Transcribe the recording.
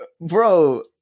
bro